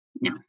no